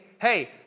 Hey